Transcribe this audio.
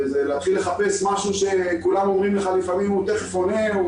זה להתחיל לחפש משהו שכולם אומרים לך לפעמים שהוא תכף יענה.